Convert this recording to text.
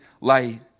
light